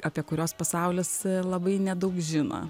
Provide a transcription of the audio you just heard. apie kuriuos pasaulis labai nedaug žino